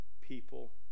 people